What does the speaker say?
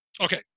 okay